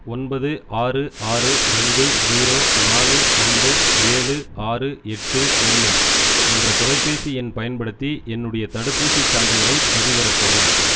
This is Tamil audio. ஒன்பது ஆறு ஆறு ரெண்டு ஜீரோ நாலு ரெண்டு ஏழு ஆறு எட்டு ஒன்று என்ற தொலைபேசி எண் பயன்படுத்தி என்னுடைய தடுப்பூசிச் சான்றிதழைப் பதிவிறக்கவும்